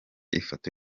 ifoto